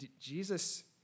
Jesus